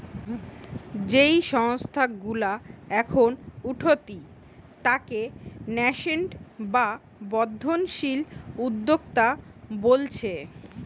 যেই সংস্থা গুলা এখন উঠতি তাকে ন্যাসেন্ট বা বর্ধনশীল উদ্যোক্তা বোলছে